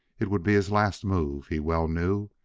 it would be his last move, he well knew.